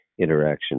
interaction